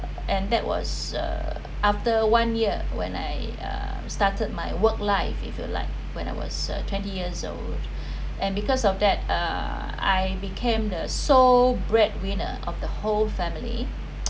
and that was uh after one year when I uh started my work life if you like when I was uh twenty years old and because of that uh I became the sole breadwinner of the whole family